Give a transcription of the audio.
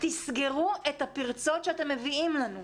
תסגרו את הפרצות שאתם מביאים לנו,